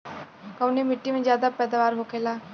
कवने मिट्टी में ज्यादा पैदावार होखेला?